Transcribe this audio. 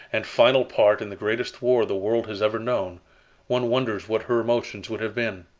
and final part in the greatest war the world has ever known one wonders what her emotions would have been!